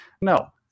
No